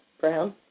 Brown